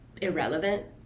irrelevant